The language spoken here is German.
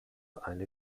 eine